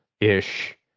ish